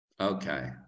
Okay